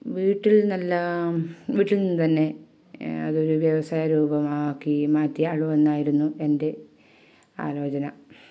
വീട്ടിൽന്നെല്ലാം വീട്ടിൽ നിന്ന് തന്നെ അതൊരു വ്യവസായ രൂപമാക്കി മാറ്റിയാലോ എന്നായിരുന്നു എൻ്റെ ആലോചന